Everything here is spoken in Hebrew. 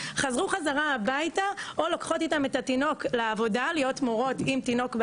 חזרו חזרה הביתה או לוקחות איתן את התינוק לעבודה להיות מורות עם תינוק,